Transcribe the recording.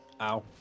Ow